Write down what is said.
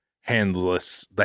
handless